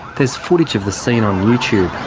there's footage of the scene on youtube.